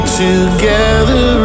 together